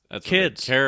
kids